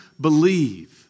believe